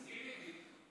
תסכים איתי.